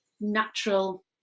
natural